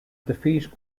defeat